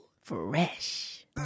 Fresh